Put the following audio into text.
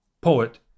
poet